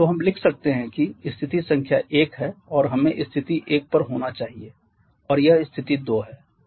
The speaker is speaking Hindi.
तो हम लिख सकते हैं कि स्थिति संख्या 1 है और हमें स्थिति 1 पर होना चाहिए और यह स्थिति 2 है